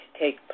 take